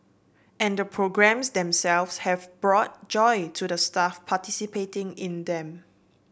and the programmes themselves have brought joy to the staff participating in them